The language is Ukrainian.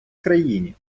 країні